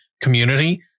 community